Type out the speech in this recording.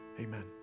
Amen